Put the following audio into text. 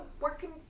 working